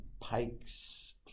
Pikes